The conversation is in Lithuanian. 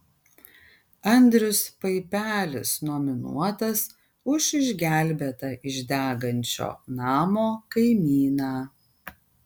andrius paipelis nominuotas už išgelbėtą iš degančio namo kaimyną